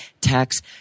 tax